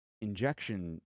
injection